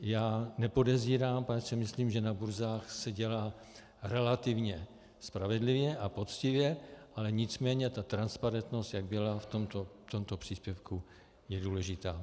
Já nepodezírám, poněvadž si myslím, že na burzách se dělá relativně spravedlivě a poctivě, ale nicméně ta transparentnost, jak byla v tomto příspěvku, je důležitá.